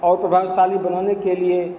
और प्रभावशाली बनाने के लिए